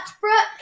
Brooke